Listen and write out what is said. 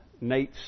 Nate